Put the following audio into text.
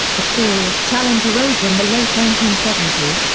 a serious challenge arose in the late nineteen seventy s,